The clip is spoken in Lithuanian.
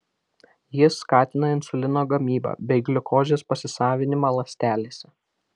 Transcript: jis skatina insulino gamybą bei gliukozės pasisavinimą ląstelėse